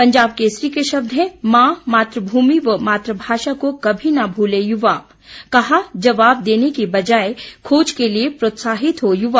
पंजाब केसरी के शब्द हैं मां मात्रभूमि व मातूभाषा को कभी न भूलें युवा कहा जवाब देने की बजाय खोज के लिए प्रोत्साहित हों युवा